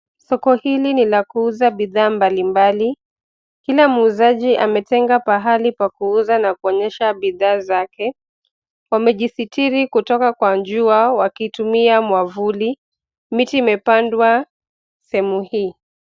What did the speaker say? Soko hili ni la kuuza bidhaa mbalimbali. Kila muuzaji ametenga pahali pa kuuza na kuonyesha bidhaa zake. Wamejisitiri kutoka kwa jua wakitumia mwavuli. Miti imepandwa sehemu hii.